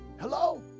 Hello